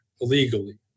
illegally